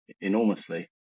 enormously